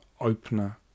opener